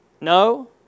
No